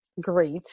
great